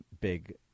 big